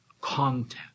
content